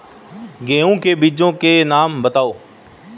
गेहूँ के बीजों के नाम बताओ?